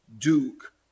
Duke